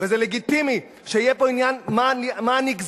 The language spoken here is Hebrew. וזה לגיטימי שיהיה פה עניין מה הנגזרת,